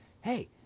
Hey